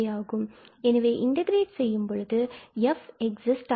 எனவே இன்டகிரேட் செய்யும் போது f எக்ஸிஸ்ட் ஆகும்